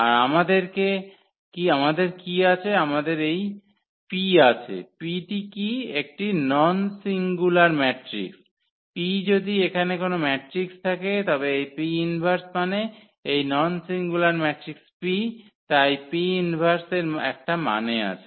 আর আমাদের কী আছে আমাদের এই P আছে P টি কি একটি নন সিঙ্গুলারম্যাট্রিক্স P যদি এখানে কোনও ম্যাট্রিক্স থাকে তবে এই 𝑃−1 মানে এই নন সিঙ্গুলার ম্যাট্রিক্স P তাই P ইনভার্স এর একটা মানে আছে